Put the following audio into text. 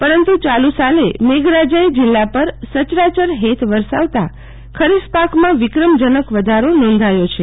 પરંતુ ચાલુ સાલે મેઘરાજાએ જિલ્લા પર સચરાચર હેત વરસાવતા ખરીફ પાકમાં વિક્રમજનક વધારો નોંધાયો છે